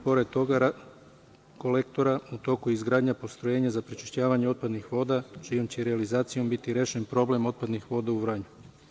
Pored tog kolektora, u toku je izgradnja postrojenja za prečišćavanje otpadnih voda, čijom će realizacijom biti rešen problem otpadnih voda u Vranju.